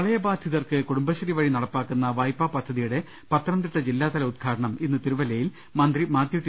പ്രളയബാധിതർക്ക് കുടുംബശ്രീ വഴി നടപ്പാക്കുന്ന വായ്പാ പദ്ധതി യുടെ പത്തനംതിട്ട ജില്ലാതല ഉദ്ഘാടനം ഇന്ന് തിരുവല്ലയിൽ മന്ത്രി മാത്യു ടി